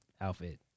outfit